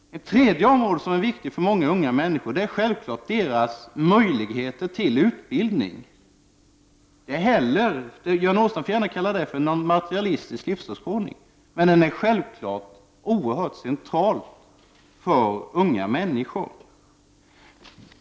Ett tredje område som är viktigt för många unga människor gäller självfallet deras möjligheter till utbildning. Göran Åstrand får gärna kalla detta för ett exempel på materialistisk livsåskådning, men det är naturligtvis någonting oerhört centralt för unga människor.